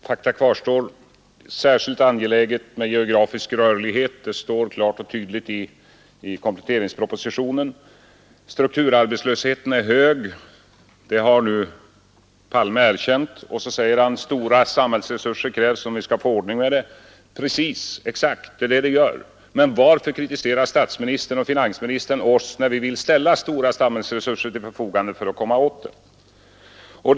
Herr talman! Fakta kvarstår. Det är särskilt angeläget med geografisk Den ekonomiska rörlighet det står klart och tydligt i kompletteringspropositionen. politiken m.m. Strukturarbetslösheten är hög — det har nu herr Palme erkänt. Så säger han: Stora samhällsresurser krävs om vi skall få ordning med det. "Ja, precis, exakt! Men varför kritiserar statsministern och finansministern oss när vi vill ställa stora samhällsresurser till förfogande för att komma åt detta?